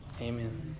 Amen